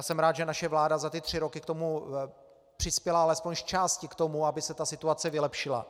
Jsem rád, že naše vláda za ty tři roky k tomu přispěla, alespoň zčásti k tomu, aby se ta situace vylepšila.